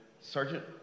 Sergeant